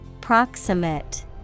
Proximate